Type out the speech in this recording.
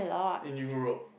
in Europe